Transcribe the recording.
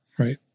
right